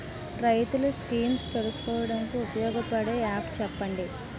రైతులు స్కీమ్స్ తెలుసుకోవడానికి ఉపయోగపడే యాప్స్ చెప్పండి?